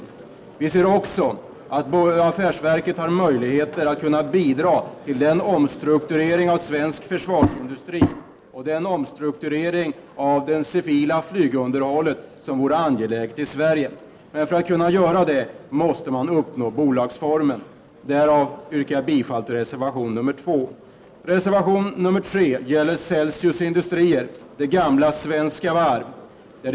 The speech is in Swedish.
Det andra skälet är att vi ser att affärsverket har möjligheter att kunna bidra till den omstrukturering av svensk försvarsindustri och av det civila flygunderhållet som vore angelägen i Sverige. För att kunna göra detta måste man uppnå bolagsform. Jag yrkar därför bifall till reservation nr 2. Reservation nr 3 gäller Celsius Industrier AB, det gamla Svenska Varv AB.